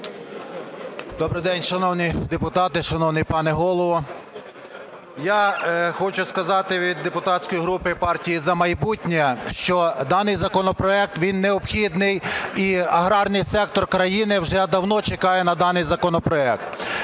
Добрий день, шановні депутати, шановний пане Голово. Я хочу сказати від депутатської групи "Партії "За майбутнє", що даний законопроект, він необхідний і аграрний сектор країни вже давно чекає на даний законопроект.